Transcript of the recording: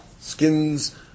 Skins